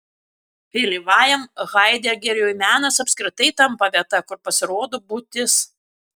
vėlyvajam haidegeriui menas apskritai tampa vieta kur pasirodo būtis